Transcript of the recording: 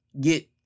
get